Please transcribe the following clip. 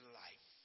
life